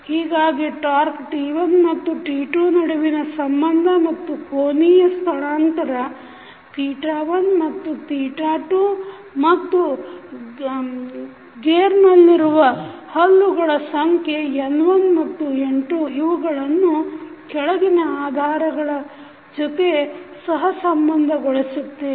ಹೀಗಾಗಿ ಟಾಕ್೯ T1ಮತ್ತು T2 ನಡುವಿನ ಸಂಬಂಧ ಮತ್ತು ಕೋನೀಯ ಸ್ಥಳಾಂತರ 1 ಮತ್ತು 2 ಮತ್ರು ಗೇರ್ನಲ್ಲಿರುವ ಹಲ್ಲುಗಳ ಸಂಖ್ಯೆ N1 ಮತ್ತು N2 ಇವುಗಳನ್ನು ಕೆಳಗಿನ ಆಧಾರಗಳ ಜೊತೆ ಸಹ ಸಂಬಂಧಗೊಳಿಸುತ್ತವೆ